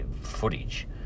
footage